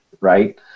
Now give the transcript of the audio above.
right